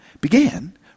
began